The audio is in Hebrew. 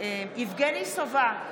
יבגני סובה,